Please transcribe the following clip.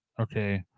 okay